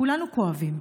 כולנו כואבים,